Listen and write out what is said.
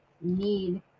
need